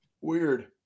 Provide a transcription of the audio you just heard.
weird